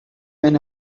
when